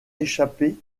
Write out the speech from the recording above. échappé